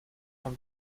sont